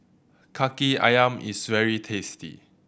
Kaki Ayam is very tasty